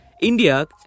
India